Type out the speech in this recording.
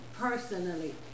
personally